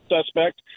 suspect